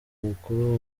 mukuru